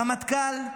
רמטכ"ל,